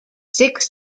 six